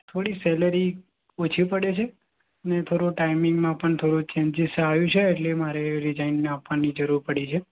થોડી સેલેરી ઓછી પડે છે ને થોડો ટાઈમિંગમાં પણ થોડો ચેન્જીસ આવ્યું છે એટલે મારે રિજાઇન આપવાની જરૂર પડી છે